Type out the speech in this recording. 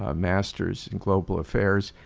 ah masters in global affairs.